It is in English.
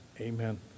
Amen